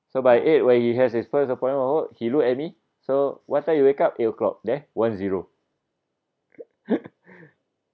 so by eight where he has his first appoint of work he look at me so what time you wake up o'clock there one zero